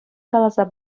каласа